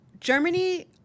Germany